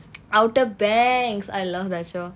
outer banks I love that show